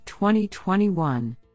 2021